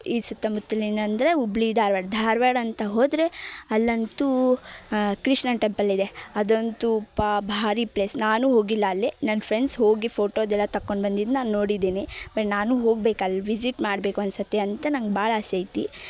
ಈ ಸುತ್ತಮುತ್ತಲಿನಂದ್ರೆ ಹುಬ್ಳಿ ಧಾರ್ವಾಡ ಧಾರವಾಡ ಅಂತ ಹೋದರೆ ಅಲ್ಲಂತೂ ಕೃಷ್ಣನ ಟೆಂಪಲ್ ಇದೆ ಅದಂತೂ ಪಾ ಭಾರಿ ಪ್ಲೇಸ್ ನಾನೂ ಹೋಗಿಲ್ಲ ಅಲ್ಲಿ ನನ್ನ ಫ್ರೆಂಡ್ಸ್ ಹೋಗಿ ಫೋಟೊ ಅದೆಲ್ಲ ತಕೊಂಡು ಬಂದಿದ್ದು ನಾನು ನೋಡಿದ್ದೀನಿ ಬಟ್ ನಾನು ಹೋಗ್ಬೇಕು ಅಲ್ಲಿ ವಿಝಿಟ್ ಮಾಡ್ಬೇಕು ಒಂದು ಸರ್ತಿ ಅಂತ ನಂಗೆ ಭಾಳ ಆಸೆ ಐತಿ